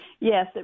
Yes